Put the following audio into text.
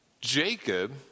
Jacob